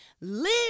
Live